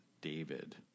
David